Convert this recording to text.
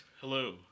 Hello